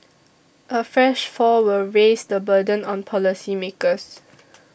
a fresh fall will raise the burden on policymakers